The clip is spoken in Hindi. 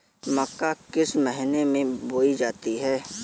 मक्का किस महीने में बोई जाती है?